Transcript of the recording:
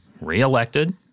reelected